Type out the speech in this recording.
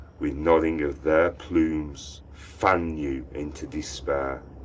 with nodding of their plumes, fan you into despair!